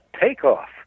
takeoff